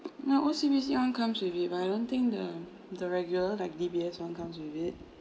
now O_C_B_C one comes with it but I don't think the the regular like D_B_S one comes with it